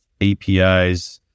APIs